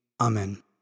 Amen